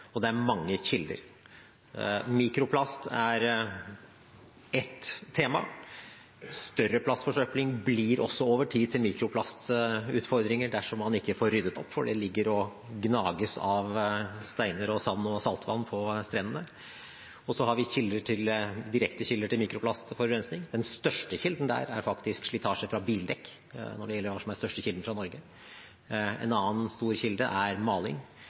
mange kilder. Mikroplast er ett tema, større plastforsøpling blir over tid til mikroplastutfordringer dersom man ikke får ryddet opp, for det ligger og gnages av steiner, sand og saltvann på strendene. Så har vi direktekilder til mikroplastforurensning. Når det gjelder hva som er den største kilden fra Norge, er det faktisk slitasje fra bildekk. En annen stor kilde er maling, og enda en annen stor kilde er